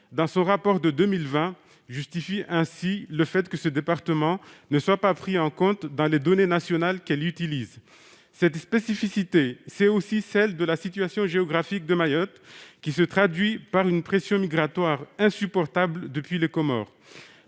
dans son rapport de 2020, justifie de cette façon le fait que ce département ne soit pas pris en compte dans les données nationales qu'elle utilise. Cette spécificité est aussi celle de la situation géographique de Mayotte, qui se traduit par une pression migratoire insupportable depuis les Comores,